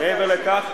מעבר לכך,